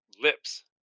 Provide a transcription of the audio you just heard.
lips